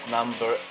number